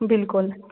بِلکُل